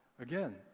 again